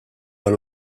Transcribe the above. għal